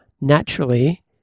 naturally